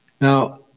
Now